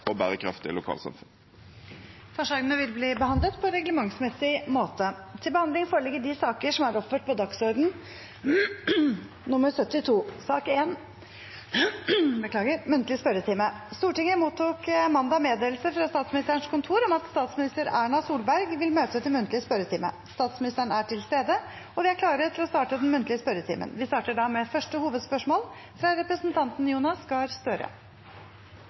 og bærekraftige lokalsamfunn. Forslagene vil bli behandlet på reglementsmessig måte. Stortinget mottok mandag meddelelse fra Statsministerens kontor om at statsminister Erna Solberg vil møte til muntlig spørretime. Statsministeren er til stede, og vi er klare til å starte den muntlige spørretimen. Vi starter da med første hovedspørsmål, fra representanten Jonas Gahr Støre.